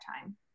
time